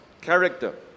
character